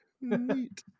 Neat